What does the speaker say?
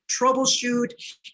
troubleshoot